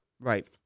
Right